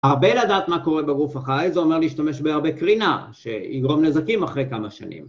הרבה לדעת מה קורה בגוף החי זה אומר להשתמש בהרבה קרינה שיגרום נזקים אחרי כמה שנים.